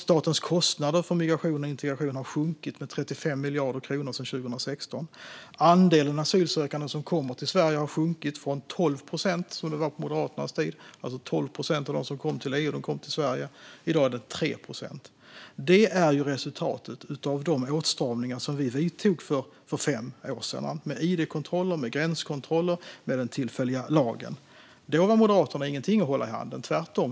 Statens kostnader för migration och integration har sjunkit med 35 miljarder kronor sedan 2016. Andelen asylsökande som kommer till Sverige har sjunkit från 12 procent som det var på Moderaternas tid. Det var 12 procent av dem som kom till EU som kom till Sverige, och i dag är det 3 procent. Det är resultatet av de åtstramningar som vi vidtog för fem år sedan med id-kontroller och gränskontroller med den tillfälliga lagen. Då var Moderaterna ingenting att hålla i handen, tvärtom.